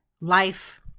life